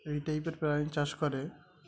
এই টাইপের প্রাণী চাষ করে